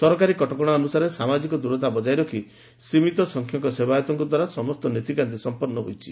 ସରକାରୀ କଟକଣା ଅନୁସାରେ ସାମାଜିକ ଦୂରତା ବଜାୟ ରଖ୍ ସୀମିତ ସଂଖ୍ୟକ ସେବାୟତଙ୍କ ଦ୍ୱାରା ସମସ୍ତ ନୀତିକାନ୍ତି ଅନୁଷ୍ତିତ ହୋଇଛି